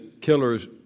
killers